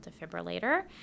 defibrillator